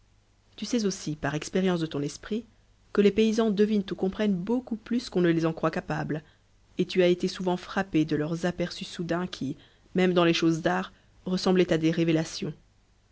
tu sais aussi par expérience de ton esprit que les paysans devinent ou comprennent beaucoup plus qu'on ne les en croit capables et tu as été souvent frappé de leurs aperçus soudains qui même dans les choses d'art ressemblaient à des révélations